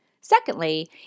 Secondly